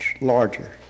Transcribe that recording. larger